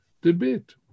Debate